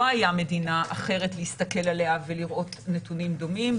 לא הייתה מדינה אחרת להסתכל עליה ולראות נתונים דומים.